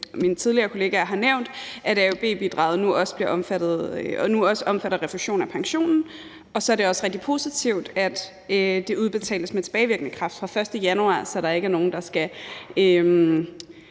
mine kollegaer tidligere har nævnt, at AUB-bidraget nu også omfatter refusion af pensionen. Så er det også rigtig positivt, at det udbetales med tilbagevirkende kraft fra den 1. januar, så der ikke er nogen, der skal